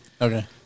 Okay